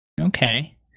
Okay